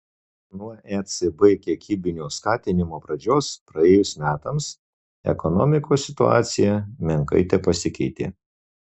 nuo ecb kiekybinio skatinimo pradžios praėjus metams ekonomikos situacija menkai tepasikeitė